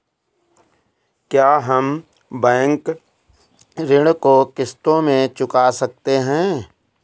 क्या हम बैंक ऋण को किश्तों में चुका सकते हैं?